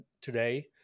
today